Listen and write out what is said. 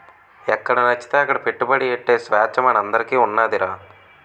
ఎక్కడనచ్చితే అక్కడ పెట్టుబడి ఎట్టే సేచ్చ మనందరికీ ఉన్నాదిరా